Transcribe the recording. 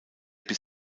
bis